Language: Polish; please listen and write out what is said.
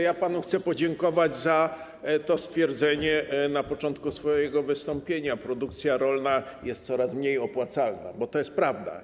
Chcę panu podziękować za to stwierdzenie na początku pana wystąpienia, że produkcja rolna jest coraz mniej opłacalna, bo to jest prawda.